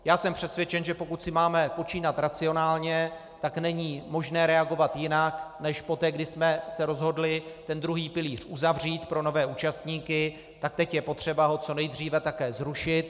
Já jsem přesvědčen, že pokud si máme počínat racionálně, tak není možné reagovat jinak než poté, kdy jsme se rozhodli ten druhý pilíř uzavřít pro nové účastníky, tak teď je potřeba ho co nejdříve také zrušit.